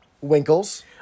Winkles